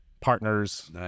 partners